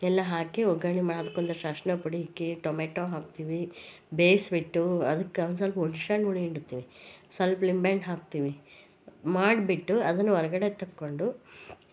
ಎಲ್ಲಾ ಹಾಕಿ ಒಗ್ಗರಣೆ ಮಾಡಿ ಅದ್ಕೊಂದಷ್ಟು ಅರ್ಶ್ನಾ ಪುಡಿ ಅದಕ್ಕೆ ಟೊಮಾಟೋ ಹಾಕ್ತೀವಿ ಬೇಯ್ಸ್ಬಿಟ್ಟು ಅದ್ಕ ಒಂದು ಸ್ವಲ್ಪ ಹುಣ್ಶೇಹಣ್ಣು ಹುಳಿ ಹಿಂಡ್ತೀವಿ ಸ್ವಲ್ಪ ಲಿಂಬೆ ಹಣ್ಣು ಹಾಕ್ತೀವಿ ಮಾಡ್ಬಿಟ್ಟು ಅದನ್ನ ಹೊರಗಡೆ ತಕ್ಕೊಂಡು